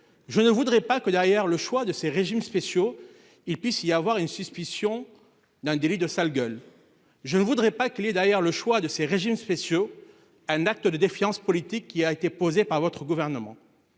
Je ne voudrais pas que derrière le choix de ces régimes spéciaux, il puisse y avoir une suspicion d'un délit de sale gueule. Je ne voudrais pas que derrière le choix de ces régimes spéciaux. Un acte de défiance politique qui a été posée par votre gouvernement.